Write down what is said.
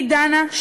אני דנה,